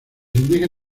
indígenas